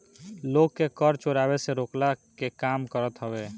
लोग के कर चोरावे से रोकला के काम करत हवे